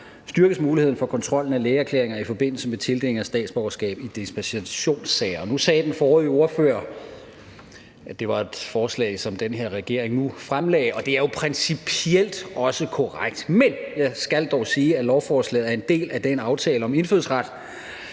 styrkes muligheden for kontrollen af lægeerklæringer i forbindelse med tildeling af statsborgerskab i dispensationssager. Nu sagde den forrige ordfører, at det var et forslag, som den her regering nu fremsatte, og det er jo principielt også korrekt, men jeg skal dog sige, at lovforslaget er en del af den aftale om indfødsret,